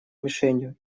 мишенью